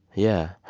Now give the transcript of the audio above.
yeah.